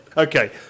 Okay